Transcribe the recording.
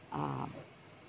ah